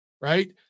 right